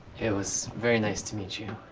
it was very nice to meet you.